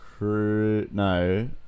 no